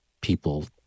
people